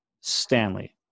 Stanley